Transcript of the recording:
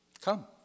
come